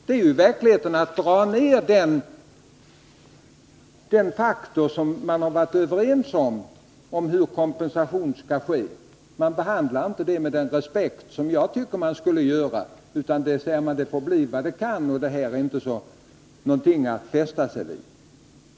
Det är ju i verkligheten att dra ner i fråga om den faktor som man har varit överens om — hur kompensation skall ske. Man behandlar inte den faktorn med den respekt som jag tycker man skall visa, utan man säger att det får bli vad det kan och att detta inte är någonting att fästa sig vid.